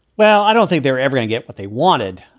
well, i don't think they're everyone get what they wanted,